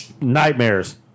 nightmares